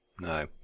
No